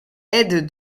aide